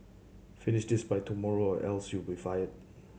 finish this by tomorrow or else you'll be fired